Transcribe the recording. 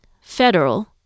federal